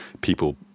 people